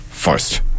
first